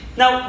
now